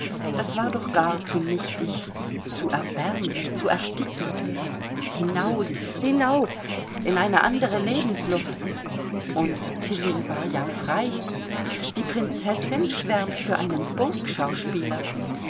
das war doch gar zu nichtig zu erbärmlich zu erstickend hinaus hinauf in eine andere lebensluft und tilling war ja frei die prinzessin schwärmt für einen